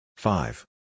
Five